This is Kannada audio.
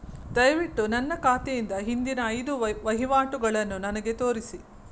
ದಯವಿಟ್ಟು ನನ್ನ ಖಾತೆಯಿಂದ ಹಿಂದಿನ ಐದು ವಹಿವಾಟುಗಳನ್ನು ನನಗೆ ತೋರಿಸಿ